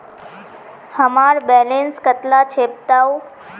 हमार बैलेंस कतला छेबताउ?